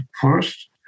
first